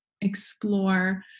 explore